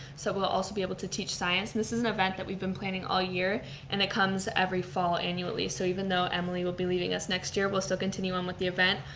so we'll also be able to teach science. and this is an event that we've been planning all year and it comes every fall annually. so even though emily will be leaving us next year we'll still continue on with the event,